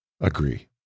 agree